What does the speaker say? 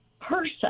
person